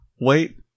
wait